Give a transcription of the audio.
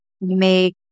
make